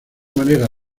manera